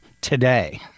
today